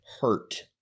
hurt